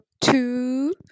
two